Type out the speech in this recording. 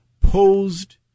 posed